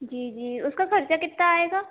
जी जी उसका खर्चा कितना आएगा